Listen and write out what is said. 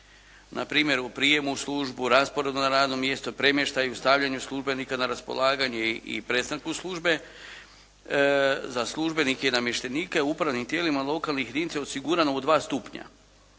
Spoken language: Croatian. npr. u prijem u službu, raspored na radno mjesto, premještaj, stavljanje službenika na raspolaganje i prestanku službe za službenike i namještenike u upravnim tijelima lokalnih jedinica osigurano u dva stupnja